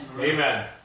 Amen